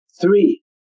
Three